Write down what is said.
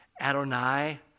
Adonai